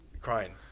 crying